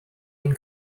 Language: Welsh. ein